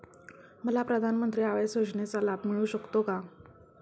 मला प्रधानमंत्री आवास योजनेचा लाभ मिळू शकतो का?